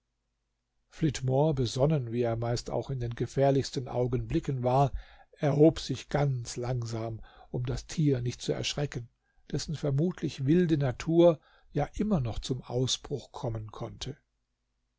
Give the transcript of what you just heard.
flitmore besonnen wie er meist auch in den gefährlichsten augenblicken war erhob sich ganz langsam um das tier nicht zu erschrecken dessen vermutlich wilde natur ja immer noch zum ausbruch kommen konnte